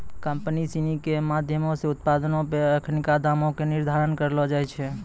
company सिनी के माधयमो से उत्पादो पे अखिनका दामो के निर्धारण करलो जाय छै